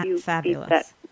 fabulous